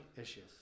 issues